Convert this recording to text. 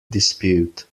dispute